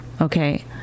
Okay